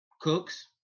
Cooks